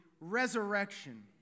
resurrection